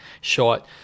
Short